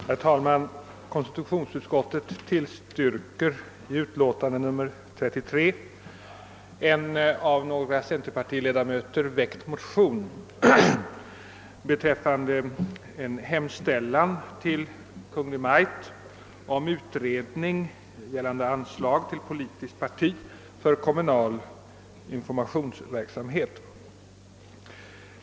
Herr talman! Konstitutionsutskottet tillstyrker i sitt utlåtande nr 33 en av några centerpartiledamöter väckt motion med hemställan »att riksdagen måtte besluta uttala att beviljande av anslag till politiskt parti för bedrivande av kommunal information och opinionsbildning är en angelägenhet för s.k. borgerlig primärkommun och landstingskommun».